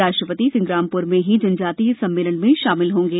राष्ट्रपति सिंग्रामप्र में ही जनजातीय सम्मेलन में शामिल होंगे